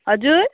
हजुर